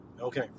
okay